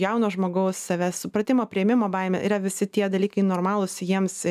jauno žmogaus savęs supratimo priėmimo baimė yra visi tie dalykai normalūs jiems